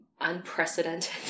unprecedented